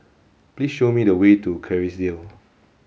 please show me the way to Kerrisdale